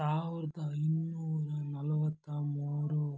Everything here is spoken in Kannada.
ಸಾವಿರದ ಐನೂರ ನಲವತ್ತ ಮೂರು